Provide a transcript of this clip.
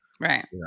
Right